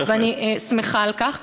ואני שמחה על כך.